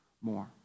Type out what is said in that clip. more